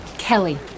Kelly